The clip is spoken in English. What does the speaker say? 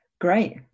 great